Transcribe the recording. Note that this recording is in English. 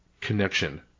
connection